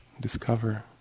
discover